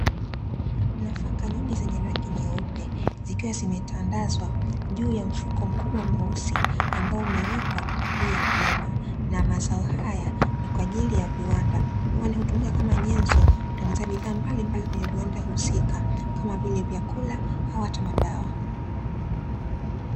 Nafaka nyingi zenye rangi nyeupe zikiwa zimetandazwa juu ya mfuko mkubwa mweusi ambao umewekwa juu ya vyuma, na mazao haya ni kwaajili ya viwanda kwani hutumika kama nyenzo kutengeneza bidhaa mbalimbali kwenye viwanda husika kama vile vyakula au ata madawa.